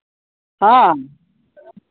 ᱦᱮᱸ